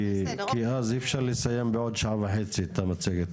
כי אז אי אפשר לסיים בעוד שעה וחצי את המצגת הזאת.